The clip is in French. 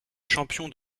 champion